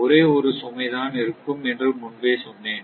ஒரே ஒரு சுமை தான் இருக்கும் என்று முன்பே சொன்னேன்